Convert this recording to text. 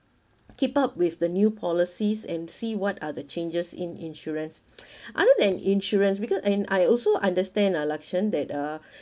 keep up with the new policies and see what are the changes in insurance other than insurance because and I also understand ah lakshen that uh